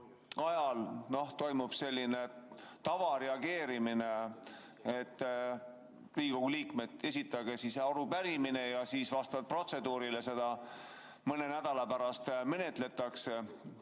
ajal toimub selline tavareageerimine [ja öeldakse, et] Riigikogu liikmed, esitage siis arupärimine ja vastavalt protseduurile seda mõne nädala pärast menetletakse.